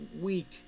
week